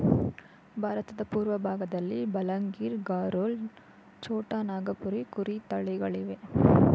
ಭಾರತದ ಪೂರ್ವಭಾಗದಲ್ಲಿ ಬಲಂಗಿರ್, ಗರೋಲ್, ಛೋಟಾ ನಾಗಪುರಿ ಕುರಿ ತಳಿಗಳಿವೆ